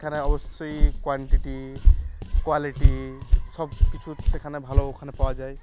এখানে অবশ্যই quantity quality সব কিছু সেখানে ভালো ওখানে পাওয়া যায়